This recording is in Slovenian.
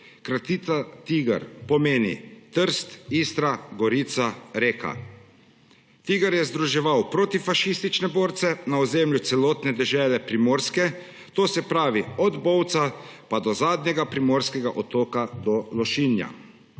Kratica TIGR pomeni Trst, Istra, Gorica, Reka. TIGR je združeval protifašistične borce na ozemlju celotne dežele Primorske, to se pravi od Bovca pa do zadnjega primorskega otoka, do Lošinja.